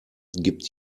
gibt